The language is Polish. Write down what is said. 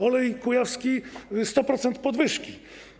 Olej kujawski - 100% podwyżki.